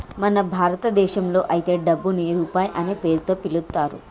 మన భారతదేశంలో అయితే డబ్బుని రూపాయి అనే పేరుతో పిలుత్తారు